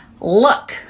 look